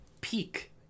peak